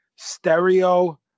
Stereo